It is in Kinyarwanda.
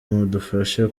mudufashe